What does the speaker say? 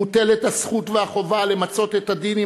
מוטלות הזכות והחובה למצות את הדין עם